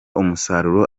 umusaruro